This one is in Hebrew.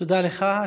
תודה לך,